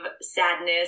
sadness